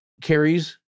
carries